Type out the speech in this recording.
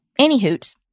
Anyhoot